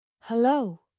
Hello